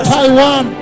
Taiwan